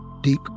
Deep